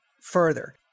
further